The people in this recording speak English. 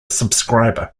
subscriber